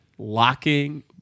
locking